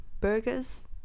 Burgers